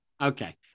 Okay